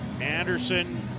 Anderson